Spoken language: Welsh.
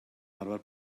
arfer